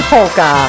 Polka